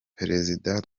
perezida